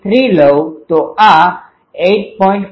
3 લઉં તો આ 8